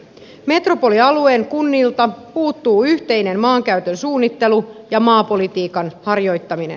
metropolialueen kunnilta puuttuu yhteinen maankäytön suunnittelu ja maapolitiikan harjoittaminen